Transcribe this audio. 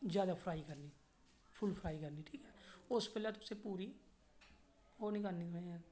ज्यादा फ्राई करनी full fry करनी ठीक ऐ उस बेल्लेै तुसें पूरी ओह् नेईं करनी तुसें